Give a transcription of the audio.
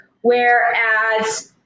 whereas